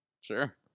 Sure